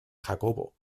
jacobo